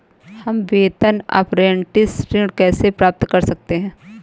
हम वेतन अपरेंटिस ऋण कैसे प्राप्त कर सकते हैं?